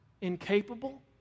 incapable